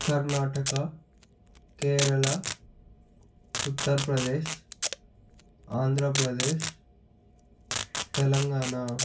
Karnataka Kerala Uttar Pradesh Andhra Pradesh Telangana